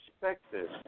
perspective